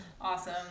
Awesome